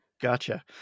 Gotcha